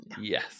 Yes